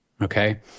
okay